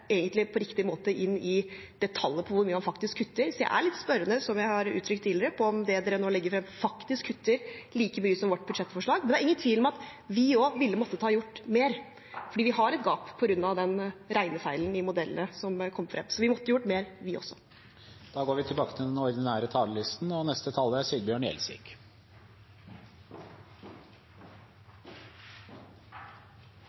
på riktig måte inn i tallet på hvor mye man faktisk kutter. Så jeg stiller meg litt spørrende, som jeg har uttrykt tidligere, til om det som nå legges frem, faktisk kutter like mye som vårt budsjettforslag. Men det er ingen tvil om at vi også ville ha måttet gjort mer, fordi vi har et gap på grunn av den regnefeilen i modellene som kom frem. Så vi måtte ha gjort mer, vi også. Replikkordskiftet er omme. Norge har fått en ny regjering med en ny plan for Norge. Jeg er